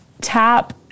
tap